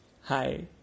hi